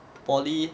poly